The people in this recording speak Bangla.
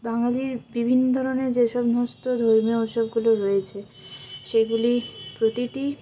বাঙ্গালির বিভিন্ন ধরনের যে সমস্ত ধর্মীয় উৎসবগুলো রয়েছে সেগুলি প্রতিটি